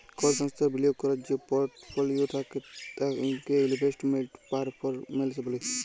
call সংস্থার বিলিয়গ ক্যরার যে পরটফলিও থ্যাকে তাকে ইলভেস্টমেল্ট পারফরম্যালস ব্যলে